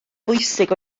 bwysig